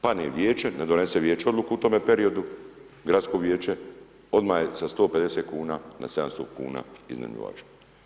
Padne vijeće, ne donese vijeće odluku u tome periodu, gradsko vijeće odmah je za 150 kuna na 700 kuna iznajmljivaču.